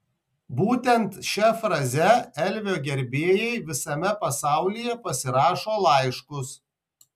būtent šia fraze elvio gerbėjai visame pasaulyje pasirašo laiškus